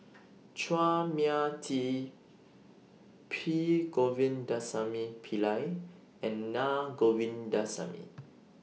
Chua Mia Tee P Govindasamy Pillai and Naa Govindasamy